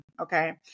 okay